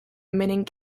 meaning